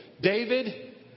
David